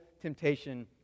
temptation